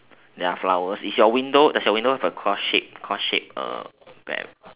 there are flowers is your window does your window have a cross shape cross shape err